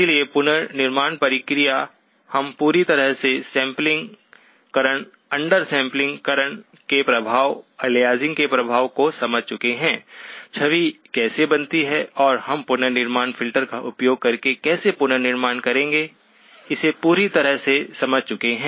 इसलिए पुनर्निर्माण प्रक्रिया हम पूरी तरह से सैंपलिंग करण अंडर सैंपलिंग करण के प्रभाव अलियासिंग के प्रभाव को समझ चुके हैं छवि कैसे बनती है और हम पुनर्निर्माण फिल्टर का उपयोग करके कैसे पुनर्निर्माण करेंगे इसे पूरी तरह से समझ चुके हैं